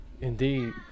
indeed